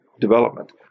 development